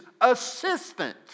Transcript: assistant